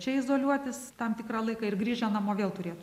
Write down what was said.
čia izoliuotis tam tikrą laiką ir grįžę namo vėl turėtų